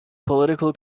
political